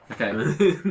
Okay